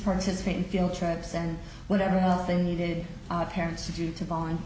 participate in field trips and whatever else they needed parents to